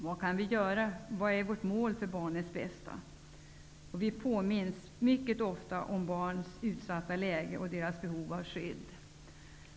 Vad kan vi göra? Vad är vårt mål för barnens bästa? Vi påminns mycket ofta om barns utsatta läge och deras behov av skydd.